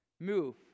Move